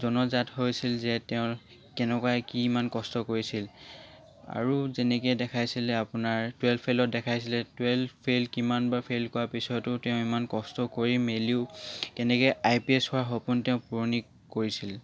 জনজাত হৈছিল যে তেওঁৰ কেনেকুৱা কি ইমান কষ্ট কৰিছিল আৰু যেনেকৈ দেখাইছিলে আপোনাৰ টুয়েল্ভ ফেইলত দেখাইছিলে টুয়েল্ভ ফেইল কিমান বাৰ ফেইল কৰা পিছতো তেওঁ ইমান কষ্ট কৰি মেলিও কেনেকৈ আই পি এছ হোৱাৰ সপোন তেওঁ পুৰণি কৰিছিল